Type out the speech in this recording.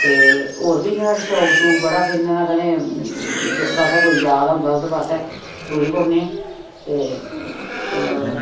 ते होर बी मतलब शौक शूक इयां बड़ा फिरने दा कदें जिस पासै कोई जा दा होंदा उस पास्सै टुरी पौन्ने आं ते